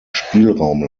spielraum